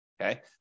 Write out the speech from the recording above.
okay